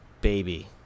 baby